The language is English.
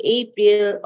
april